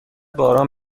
باران